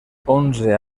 onze